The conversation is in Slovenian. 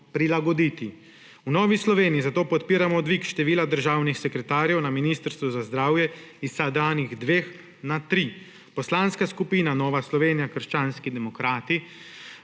prilagoditi. V Novi Sloveniji zato podpiramo dvig števila državnih sekretarjev na Ministrstvu za zdravje s sedanjih dveh na tri. Poslanska skupina Nova Slovenija – krščanski demokrati